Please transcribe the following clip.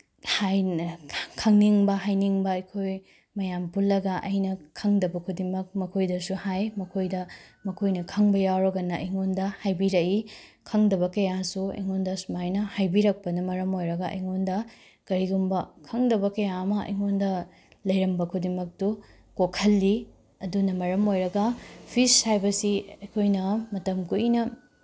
ꯈꯪꯅꯤꯡꯕ ꯍꯥꯏꯅꯤꯡꯕ ꯑꯩꯈꯣꯏ ꯃꯌꯥꯝ ꯄꯨꯜꯂꯒ ꯑꯩꯅ ꯈꯪꯗꯕ ꯈꯨꯗꯤꯡꯃꯛ ꯃꯈꯣꯏꯗꯁꯨ ꯍꯥꯏ ꯃꯈꯣꯏꯗ ꯃꯈꯣꯏꯅ ꯈꯪꯕ ꯌꯥꯎꯔꯒꯅ ꯑꯩꯉꯣꯟꯗ ꯍꯥꯏꯕꯤꯔꯛꯏ ꯈꯪꯗꯕ ꯀꯌꯥꯁꯨ ꯑꯩꯉꯣꯟꯗ ꯁꯨꯃꯥꯏꯅ ꯍꯥꯏꯕꯤꯔꯛꯄꯅ ꯃꯔꯝ ꯑꯣꯏꯔꯒ ꯑꯩꯉꯣꯟꯗ ꯀꯔꯤꯒꯨꯝꯕ ꯈꯪꯗꯕ ꯀꯌꯥ ꯑꯃ ꯑꯩꯉꯣꯟꯗ ꯂꯩꯔꯝꯕ ꯈꯨꯗꯤꯡꯃꯛꯇꯨ ꯀꯣꯛꯍꯜꯂꯤ ꯑꯗꯨꯅ ꯃꯔꯝ ꯑꯣꯏꯔꯒ ꯐꯤꯁ ꯍꯥꯏꯕꯁꯤ ꯑꯩꯈꯣꯏꯅ ꯃꯇꯝ ꯀꯨꯏꯅ